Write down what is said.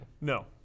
No